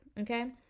Okay